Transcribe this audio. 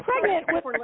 pregnant